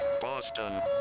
Boston